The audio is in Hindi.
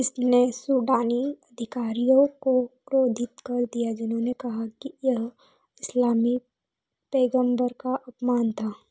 इसने सुडानी अधिकारियों को क्रोधित कर दिया जिन्होंने कहा कि यह इस्लामी पैगम्बर का अपमान था